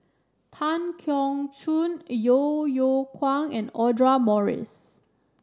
Tan Keong Choon Yeo Yeow Kwang and Audra Morrice